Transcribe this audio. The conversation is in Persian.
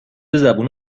زبون